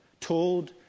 told